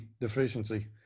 deficiency